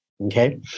Okay